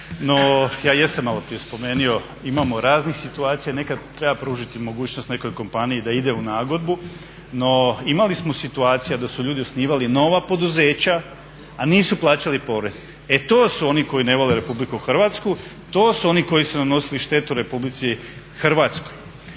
No ja jesam malo prije spomenuo, imamo raznih situacija nekad treba mogućost nekoj kompaniji da ide u nagodbu, no imali smo situacija da su ljudi osnivali nova poduzeća, a nisu plaćali porez. E to su oni koji ne vole RH, to su oni koji su nanosili štetu RH.